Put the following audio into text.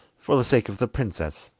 for the sake of the princess,